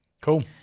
Cool